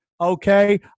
okay